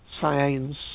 science